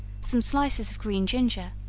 some slices of green ginger,